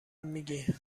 میگی